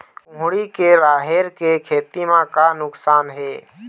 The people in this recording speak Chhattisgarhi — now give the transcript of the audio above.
कुहड़ी के राहेर के खेती म का नुकसान हे?